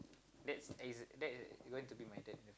that's is that's going to be my dad